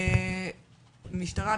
המשטרה,